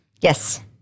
Yes